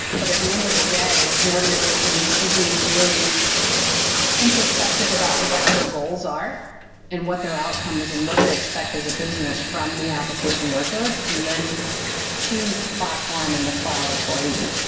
but at the end of the day, an organization should be really introspective about what their goals are and what their outcomes and what they expect as a business from the application workloads, and then choose the platform in the cloud accordingly.